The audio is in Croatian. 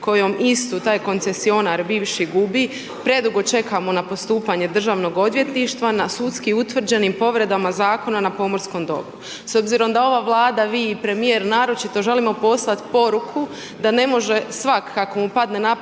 kojom istu taj koncesionar bivši gubi, predugo čekamo na postupanje Državnog odvjetništva na sudski utvrđenim povredama Zakona na pomorskom dobru. S obzirom da ova Vlada, vi i premijer naročito želimo poslat poruku da ne može svak kak mu padne